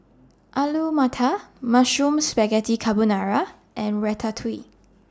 Alu Matar Mushroom Spaghetti Carbonara and Ratatouille